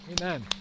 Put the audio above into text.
amen